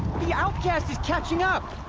the outcast is catching up!